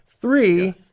Three